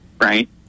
right